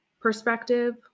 perspective